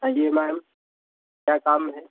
हाँ जी मैम क्या काम है